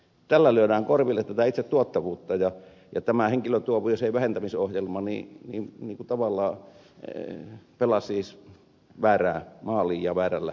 tällä lyödään korville tätä itse tuottavuutta ja tämä henkilötyövuosien vähentämisohjelma tavallaan pelaa väärään maaliin ja väärällä otsikolla